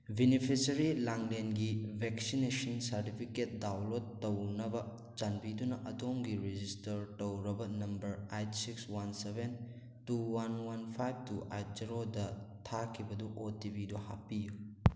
beneficiary ꯂꯥꯡꯂꯦꯟꯒꯤ vaccination certificate download ꯇꯧꯅꯕ ꯆꯥꯟꯕꯤꯗꯨꯅ ꯑꯗꯣꯝꯒꯤ ꯔꯤꯖꯤꯁꯇꯔ ꯇꯧꯔꯕ number eight six one seven two one one five two eight ꯖꯦꯔꯣꯗ ꯊꯥꯈꯤꯕꯗꯨ ꯑꯣ ꯇꯤ ꯄꯤꯗꯨ ꯍꯥꯞꯄꯤꯌꯨ